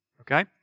okay